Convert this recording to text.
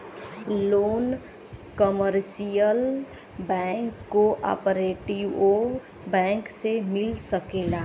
loan commercial bank cooperative bank से मिल सकेला